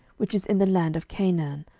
which is in the land of canaan,